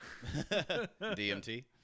DMT